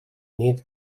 nit